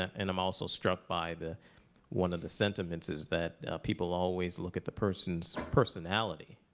and i'm also struck by the one of the sentiments is that people always look at the person's personality.